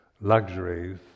luxuries